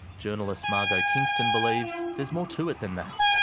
journalist margo kingston believes there is more to it than that.